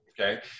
Okay